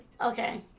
Okay